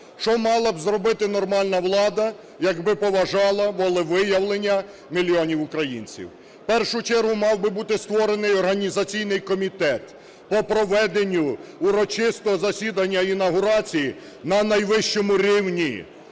Що мала б зробити нормальна влада, якби поважала волевиявлення мільйонів українців? В першу чергу мав би бути створений організаційний комітет по проведенню урочистого засідання інавгурації на найвищому рівні.